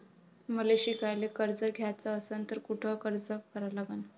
मले शिकायले कर्ज घ्याच असन तर कुठ अर्ज करा लागन?